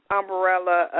umbrella